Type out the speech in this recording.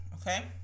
okay